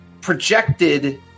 projected